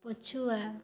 ପଛୁଆ